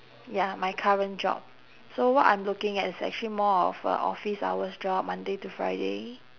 ya my current job so what I'm looking at is actually more of a office hour job monday to friday